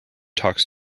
talks